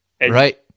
Right